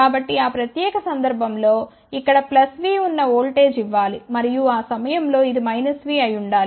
కాబట్టి ఆ ప్రత్యేక సందర్భం లో ఇక్కడ V ఉన్న ఓల్టేజ్ ఇవ్వాలి మరియు ఆ సమయంలో ఇది V అయి ఉండాలి